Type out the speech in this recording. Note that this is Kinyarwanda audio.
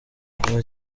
kuva